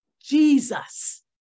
Jesus